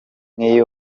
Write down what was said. nk’iyi